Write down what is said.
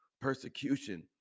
persecution